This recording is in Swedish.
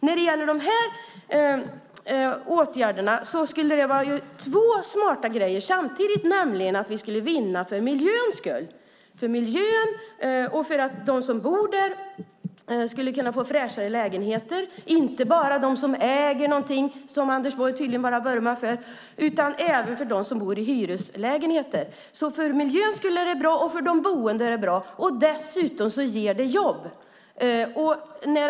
När det gäller dessa åtgärder skulle det innebära två smarta åtgärder samtidigt. Vi skulle vinna för miljöns skull. De som bor där skulle få fräschare lägenheter. Det skulle inte bara gälla dem som äger någonting, som Anders Borg tydligen vurmar för, utan även dem som bor i hyreslägenheter. För miljön är det bra, och för de boende är det bra. Dessutom ger det jobb.